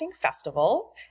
Festival